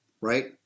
right